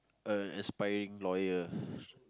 a aspiring lawyer